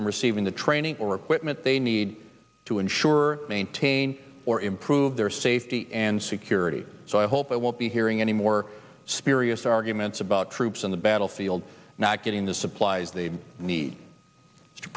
from receiving the training or equipment they need to ensure maintain or improve their safety and security so i hope i won't be hearing any more spirits arguments about troops on the battlefield not getting the supplies they need t